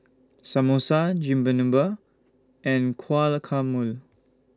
Samosa Chigenabe and Guacamole